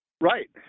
Right